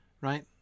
right